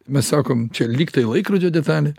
mes sakom čia lyg tai laikrodžio detalė